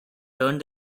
turned